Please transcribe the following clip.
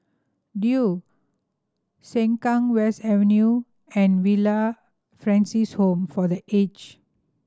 Duo Sengkang West Avenue and Villa Francis Home for The Aged